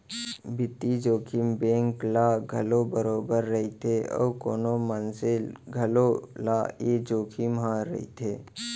बित्तीय जोखिम बेंक ल घलौ बरोबर रइथे अउ कोनो मनसे घलौ ल ए जोखिम ह रइथे